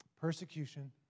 persecution